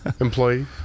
employee